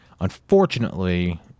Unfortunately